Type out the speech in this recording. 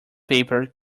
paper